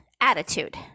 attitude